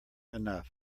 enough